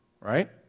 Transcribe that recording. Right